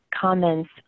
comments